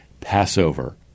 Passover